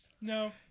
No